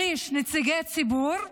שליש, נציגי ציבור,